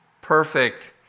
perfect